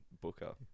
Booker